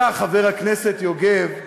אתה, חבר הכנסת יוגב,